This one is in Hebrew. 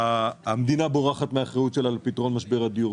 המדינה בורחת מ האחריות שלה לפתרון משבר הדיור.